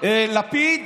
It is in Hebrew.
לפיד